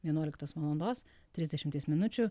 vienuoliktos valandos trisdešimties minučių